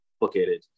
complicated